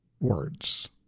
words